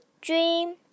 dream